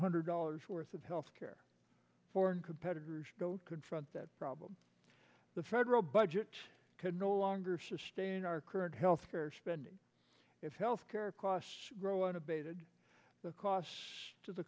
hundred dollars worth of health care foreign competitors go to confront that problem the federal budget could no longer sustain our current health care spending if health care costs grow unabated the cost to the